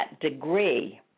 degree